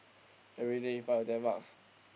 everyday five to ten bucks